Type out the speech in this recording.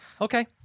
Okay